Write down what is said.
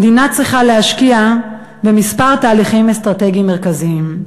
המדינה צריכה להשקיע בכמה תהליכים אסטרטגיים מרכזיים: